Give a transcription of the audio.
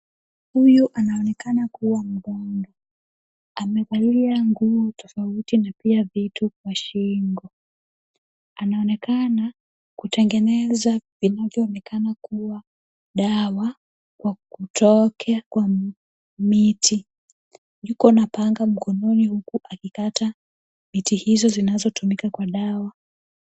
Huyu anaonekana kuwa ni mgonjwa. Amevalia nguo tofauti na pia vitu kwa shingo. Anaonekana kutengeneza vinavyoonekana kuwa dawa kwa kutoka kwa miti. Yuko na panga mkononi huku akikata miti hizo zinazotumika kwa dawa.